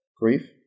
grief